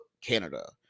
Canada